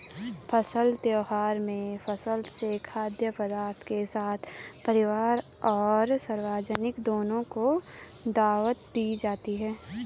फसल त्योहारों में फसलों से खाद्य पदार्थों के साथ परिवार और सार्वजनिक दोनों को दावत दी जाती है